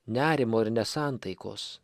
nerimo ir nesantaikos